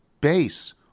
base